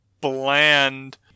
bland